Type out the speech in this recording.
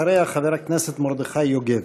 אחריה, חבר הכנסת מרדכי יוגב.